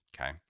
okay